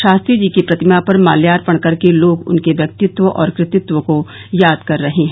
शास्त्री जी की प्रतिमा पर माल्यार्पण कर के लोग उनके व्यक्तित्व और कृतित्व को याद कर रहे हैं